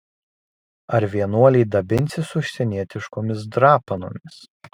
ar vienuoliai dabinsis užsienietiškomis drapanomis